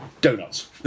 donuts